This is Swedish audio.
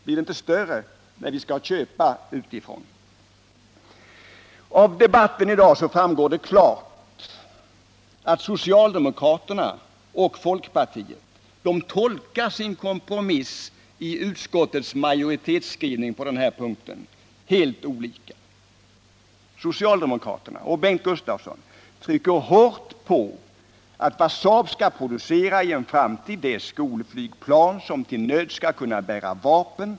Blir inte det större, när vi skall köpa utifrån? Av debatten i dag framgår klart att socialdemokrater och folkpartister på helt olika sätt tolkar sin kompromiss i utskottsmajoritetens skrivning på denna punkt. Socialdemokraterna trycker hårt på att vad Saab-Scania AB ien framtid skall producera är skolflygplan, som till nöds skall kunna bära vapen.